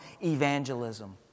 evangelism